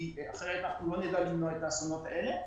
כי אחרת לא נדע למנוע את האסונות האלה.